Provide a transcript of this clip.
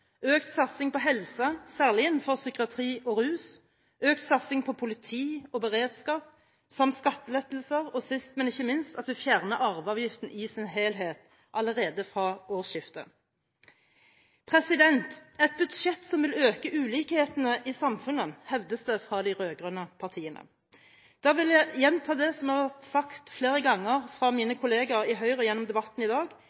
økt satsing på helse, særlig innenfor psykiatri og rus, økt satsing på politi, på beredskap, samt på skattelettelser – og sist, men ikke minst, at vi fjerner arveavgiften i sin helhet allerede fra årsskiftet. Dette er et budsjett som vil øke ulikhetene i samfunnet, hevdes det fra de rød-grønne partiene. Da vil jeg gjenta det som er blitt sagt flere ganger av mine kolleger i Høyre gjennom debatten i dag,